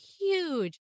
huge